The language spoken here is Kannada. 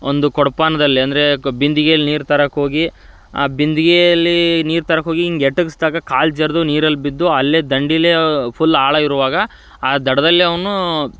ಒಂದು ಕೊಡಪಾನದಲ್ಲಿ ಅಂದರೆ ಕ ಬಿಂದ್ಗೆಯಲ್ಲಿ ನೀರು ತರಕೆ ಹೋಗಿ ಆ ಬಿಂದಿಗೆಯಲ್ಲಿ ನೀರು ತರಕೆ ಹೋಗಿ ಹೀಗ್ಗೆಟಕ್ಸ್ದಾಗ ಕಾಲು ಜರಿದು ನೀರಲ್ಲಿ ಬಿದ್ದು ಅಲ್ಲೇ ದಂಡೇಲೇ ಫುಲ್ ಆಳ ಇರುವಾಗ ಆ ದಡದಲ್ಲೆ ಅವನು